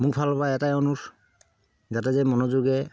মোৰ ফালৰ পৰা এটাই অনুৰোধ যাতে যে মনোযোগেৰে